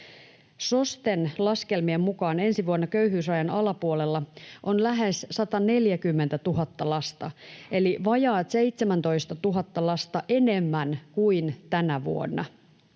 SOSTEn laskelmien mukaan ensi vuonna köyhyysrajan alapuolella on lähes 140 000 lasta eli vajaat 17 000 lasta enemmän kuin tänä vuonna.